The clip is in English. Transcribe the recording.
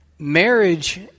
Marriage